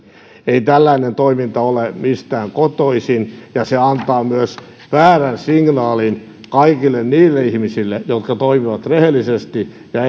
ei tällainen toiminta ole mistään kotoisin ja se antaa myös väärän signaalin kaikille niille ihmisille jotka toimivat rehellisesti ja